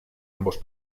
ambos